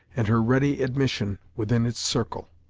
and her ready admission within its circle.